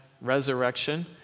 resurrection